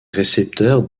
récepteurs